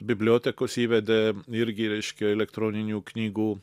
bibliotekos įvedė irgi reiškia elektroninių knygų